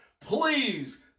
please